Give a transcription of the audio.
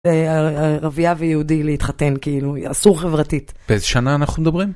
ערבייה ויהודי להתחתן, כאילו, אסור חברתית. באיזה שנה אנחנו מדברים?